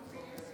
תודה רבה.